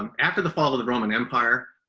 um after the fall of the roman empire,